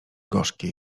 gorzkie